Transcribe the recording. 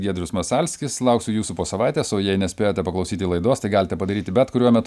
giedrius masalskis lauksiu jūsų po savaitės o jei nespėjote paklausyti laidos tai galite padaryti bet kuriuo metu